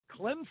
Clemson